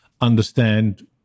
understand